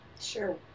Sure